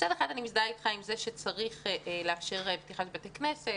מצד אחד אני מזדהה איתך עם זה שצריך לאפשר פתיחת בתי כנסת.